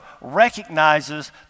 recognizes